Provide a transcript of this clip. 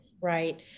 right